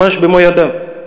ממש במו ידיו.